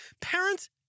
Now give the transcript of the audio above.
Parents